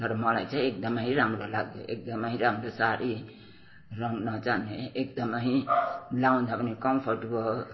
तर मलाई चाहिँ एकदमै राम्रो लाग्यो एकदमै राम्रो साडी रङ नजाने एकदमै लाउँदा पनि कम्फर्ट भयो